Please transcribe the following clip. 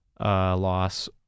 loss